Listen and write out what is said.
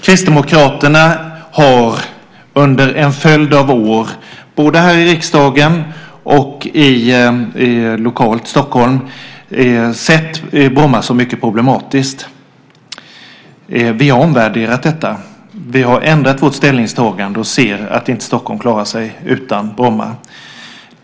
Kristdemokraterna har under en följd av år både här i riksdagen och lokalt i Stockholm sett Bromma flygplats som något mycket problematiskt. Vi har omvärderat detta. Vi har ändrat vårt ställningstagande eftersom vi anser att Stockholm inte klarar sig utan Bromma flygplats.